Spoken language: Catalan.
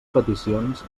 peticions